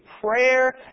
prayer